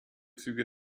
züge